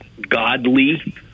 godly